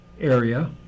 area